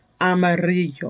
amarillo